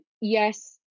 Yes